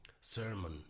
sermon